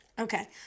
Okay